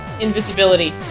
Invisibility